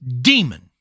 demon